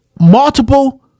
multiple